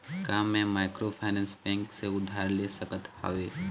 का मैं microfinance bank से उधार ले सकत हावे?